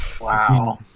wow